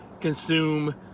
consume